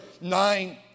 nine